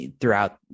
throughout